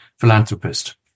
philanthropist